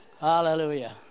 Hallelujah